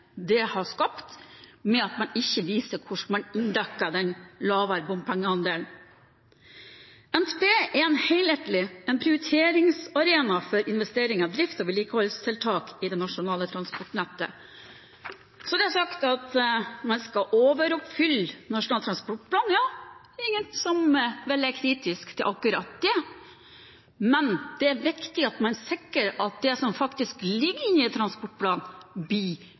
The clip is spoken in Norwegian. skapt ved at man ikke viser hvordan man dekker inn den lavere bompengeandelen. NTP er en helhetlig prioriteringsarena for investeringer, drift og vedlikeholdstiltak i det nasjonale transportnettet. Så er det sagt at man skal overoppfylle Nasjonal transportplan. Det er vel ingen som er kritisk til akkurat det, men det er viktig at man sikrer at det som faktisk ligger inne i transportplanen,